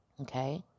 Okay